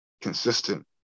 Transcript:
consistent